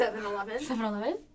7-Eleven